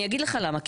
אני אגיד לך למה,